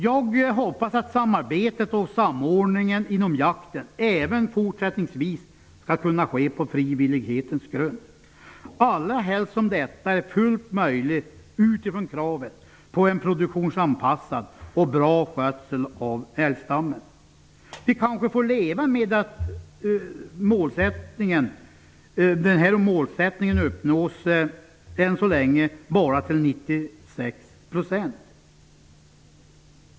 Jag hoppas att samarbetet och samordningen inom jakten även fortsättningsvis skall kunna ske på frivillighetens grund. Detta är fullt möjligt utifrån kravet på en produktionsanpassad och bra skötsel av älgstammen. Vi kanske får leva med att målsättningen än så länge bara uppnås till 96 %.